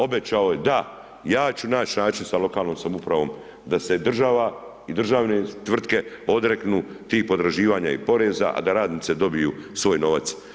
Obećao je, da ja ću naći način sa lokalnom samoupravom da se država i državne tvrtke odreknu tih potraživanja i poreza, a da radnice dobiju svoj novac.